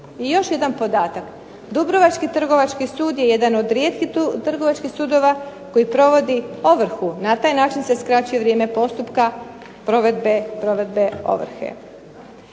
I još jedan podatak. Dubrovački Trgovački sud je jedan od rijetkih trgovačkih sudova koji provodi ovrhu, na taj način se skraćuje vrijeme postupka provedbe ovrhe.